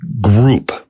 group